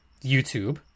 YouTube